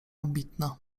ambitna